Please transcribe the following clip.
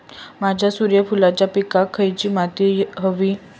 माझ्या सूर्यफुलाच्या पिकाक खयली माती व्हयी?